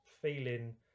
feeling